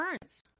Burns